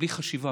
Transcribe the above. בלי חשיבה,